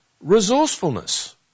resourcefulness